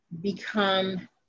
become